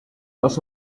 loss